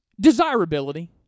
desirability